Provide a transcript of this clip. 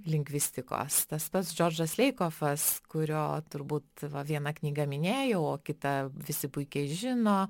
lingvistikos tas pats džordžas leikofas kurio turbūt vieną knygą minėjau o kitą visi puikiai žino